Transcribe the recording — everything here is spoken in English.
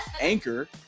anchor